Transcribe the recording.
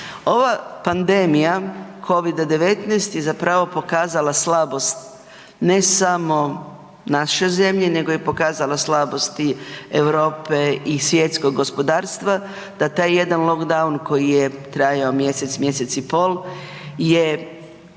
Ova pandemija Covid-19 je zapravo pokazala slabost ne samo u našoj zemlji nego je pokazala slabost i Europe i svjetskog gospodarstva, da taj jedan lockdown koji je trajao mjesec, mjesec i pol je